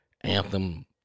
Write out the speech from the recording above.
anthem